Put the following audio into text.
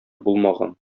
булмаган